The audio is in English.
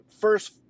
first